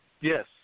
Yes